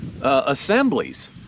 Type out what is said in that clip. assemblies